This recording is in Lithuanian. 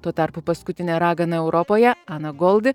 tuo tarpu paskutinė ragana europoje ana goldi